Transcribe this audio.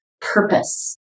purpose